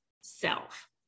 self